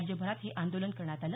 राज्यभरात हे आंदोलन करण्यात आलं